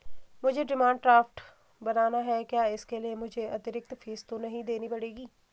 मुझे demand draft बनाना है क्या इसके लिए मुझे अतिरिक्त फीस तो नहीं देनी पड़ेगी?